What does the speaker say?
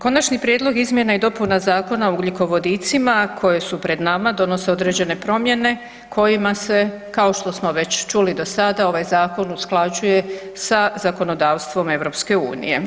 Konačni prijedlog izmjena i dopuna Zakona o ugljikovodicima koje su pred nama donose određene promjene kojima se kao što smo već čuli do sada ovaj zakon usklađuje sa zakonodavstvom EU.